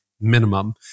minimum